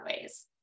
ways